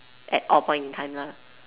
at all point in time lah